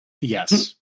Yes